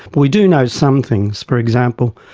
but we do know some things. for example,